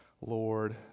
Lord